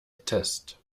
test